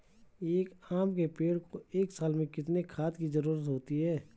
एक आम के पेड़ को एक साल में कितने खाद की जरूरत होती है?